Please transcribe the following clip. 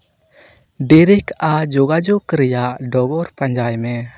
Derek ᱟᱜ ᱡᱳᱜᱟᱡᱳᱜᱽ ᱨᱮᱭᱟᱜ ᱰᱚᱜᱚᱨ ᱯᱟᱸᱡᱟᱭ ᱢᱮ